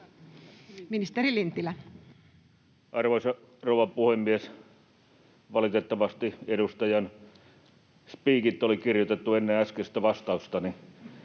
Content: Arvoisa rouva puhemies! Valitettavasti edustajan spiikit oli kirjoitettu ennen äskeistä vastaustani,